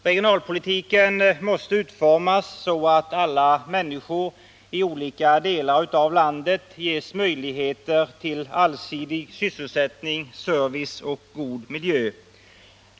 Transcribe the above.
Regionalpolitiken måste utformas så att alla människor i olika delar av landet ges möjligheter till allsidig sysselsättning, service och god miljö.